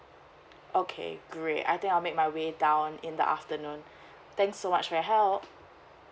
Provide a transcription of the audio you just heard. okay great I think I'll make my way down in the afternoon thanks so much for your help